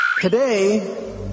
Today